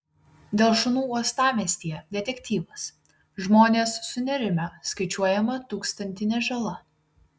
dėl šunų uostamiestyje detektyvas žmonės sunerimę skaičiuojama tūkstantinė žala